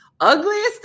ugliest